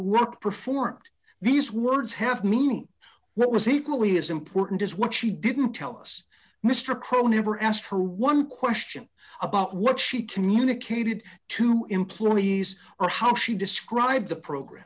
work performed these words have meaning what was equally as important is what she didn't tell us mr crowe never asked her one question about what she communicated to employees or how she described the program